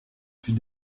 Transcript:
fut